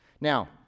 Now